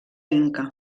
inca